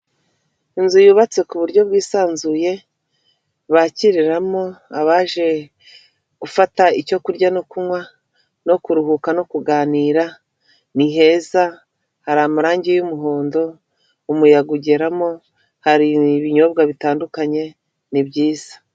Inzu yubatse ku buryo bwisanzuye, bakiriramo abaje gufata icyo kurya no kunywa no kuruhuka no kuganira, ni heza; hari amarangi y'umuhondo, umuyaga ugeramo, hari ibinyobwa bitandukanye, ni byiza!